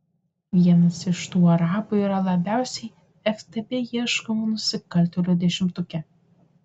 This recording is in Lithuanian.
vienas iš tų arabų yra labiausiai ftb ieškomų nusikaltėlių dešimtuke